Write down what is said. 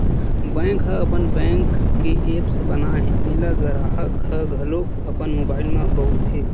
bank ह अपन bank के ऐप्स बनाए हे एला गराहक ह घलोक अपन मोबाइल म बउरथे